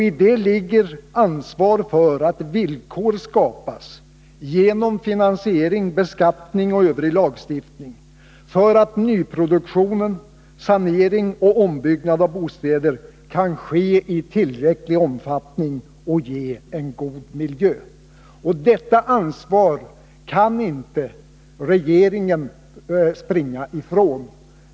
I detta ligger ett ansvar för att villkor skapas — genom finansiering, beskattning och övrig lagstiftning — för att nyproduktion, sanering och ombyggnader av bostäder kan ske i tillräcklig omfattning och ge en god miljö. Detta ansvar kan inte regeringen springa ifrån.